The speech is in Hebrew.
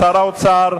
שר האוצר,